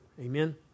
Amen